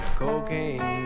cocaine